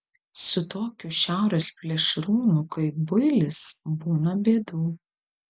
su tokiu šiaurės plėšrūnu kaip builis būna bėdų